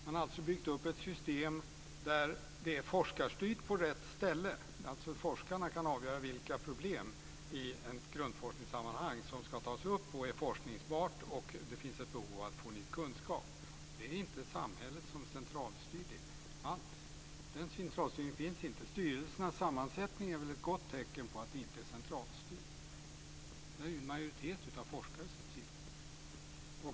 Man har alltså byggt upp ett system som är forskarstyrt på rätt ställe, dvs. där forskarna kan avgöra vilka problem i ett grundforskningssammanhang som ska tas upp och är forskningsbara och där det finns ett behov av att få ny kunskap. Det är inte alls samhället som centralstyr det. Den centralstyrningen finns inte. Styrelsernas sammansättning är väl ett gott tecken på att det inte är centralstyrt! Där sitter ju en majoritet av forskare.